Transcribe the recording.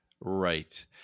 right